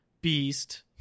Beast